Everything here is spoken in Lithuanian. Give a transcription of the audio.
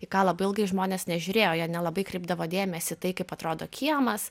į ką labai ilgai žmonės nežiūrėjo jie nelabai kreipdavo dėmesį į tai kaip atrodo kiemas